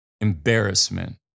Embarrassment